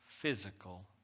physical